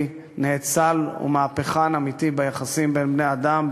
נאצל ומהפכן אמיתי ביחסים בין בני-אדם,